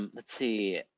um let's see.